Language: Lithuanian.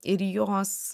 ir jos